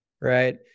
right